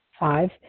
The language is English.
Five